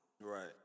Right